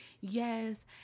Yes